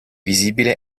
visibile